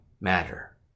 matter